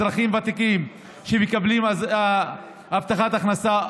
אזרחים ותיקים שמקבלים הבטחת הכנסה,